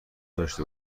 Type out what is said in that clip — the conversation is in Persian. نداشته